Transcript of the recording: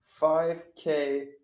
5k